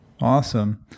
Awesome